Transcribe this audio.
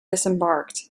disembarked